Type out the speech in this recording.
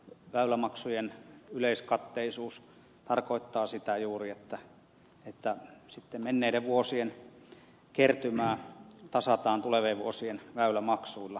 väylämaksujen yleiskatteisuus tarkoittaa sitä juuri että sitten menneiden vuosien kertymää tasataan tulevien vuosien väylämaksuilla